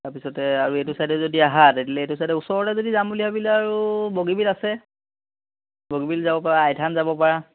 তাৰপিছতে আৰু এইটো চাইডে যদি আহা তেতিয়াহ'লে এইটো চাইডে ওচৰলৈ যদি যাম বুলি ভাবিলে আৰু বগীবিল আছে বগীবিল যাব পাৰা আই থান যাব পাৰা